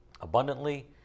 abundantly